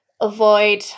avoid